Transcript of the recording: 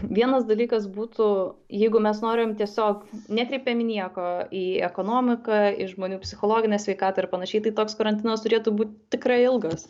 vienas dalykas būtų jeigu mes norim tiesiog nekreipiam nieko į ekonomiką į žmonių psichologinę sveikatą ir panašiai tai toks karantinas turėtų būt tikrai ilgas